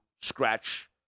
scratch